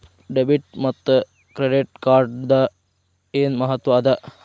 Debit ಮತ್ತ credit ಕಾರ್ಡದ್ ಏನ್ ಮಹತ್ವ ಅದ?